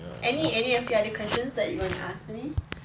any any other questions that you want ask me